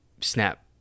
Snap